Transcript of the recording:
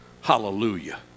Hallelujah